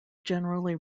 generally